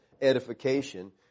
edification